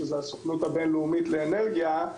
הסוכנות הבין-לאומית לאנרגיה,